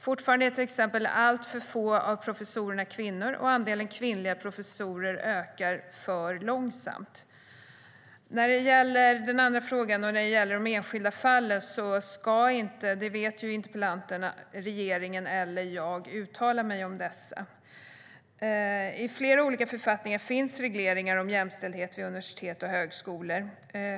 Fortfarande är till exempel alltför få av professorerna kvinnor, och andelen kvinnliga professorer ökar för långsamt. När det gäller enskilda fall ska, som interpellanten vet, varken regeringen eller jag uttala oss om dessa.I flera olika författningar finns regleringar om jämställdhet vid universitet och högskolor.